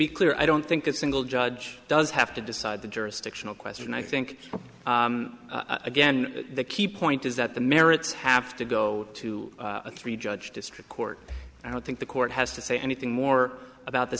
be clear i don't think that single judge does have to decide the jurisdictional question i think again the key point is that the merits have to go to a three judge district court i don't think the court has to say anything more about the